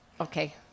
okay